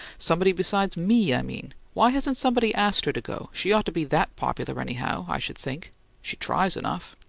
somebody besides me, i mean! why hasn't somebody asked her to go? she ought to be that popular, anyhow, i sh'd think she tries enough!